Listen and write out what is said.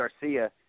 Garcia